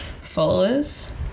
followers